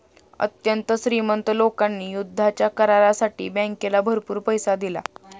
अत्यंत श्रीमंत लोकांनी युद्धाच्या करारासाठी बँकेला भरपूर पैसा दिला